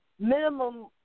Minimum